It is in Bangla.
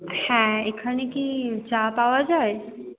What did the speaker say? হ্যাঁ এখানে কি চা পাওয়া যায়